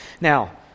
Now